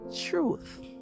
truth